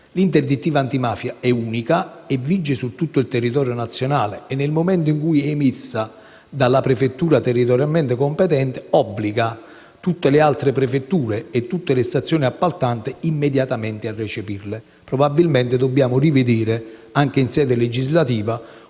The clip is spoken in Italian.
L'interdittiva antimafia è unica e vige su tutto il territorio nazionale e, nel momento in cui è emessa dalla prefettura territorialmente competente, obbliga tutte le altre prefetture e tutte le stazioni appaltanti a recepirla immediatamente. Probabilmente va valutato, anche in sede legislativa,